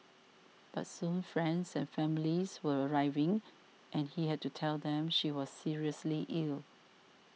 but soon friends and families were arriving and he had to tell them she was seriously ill